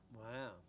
Wow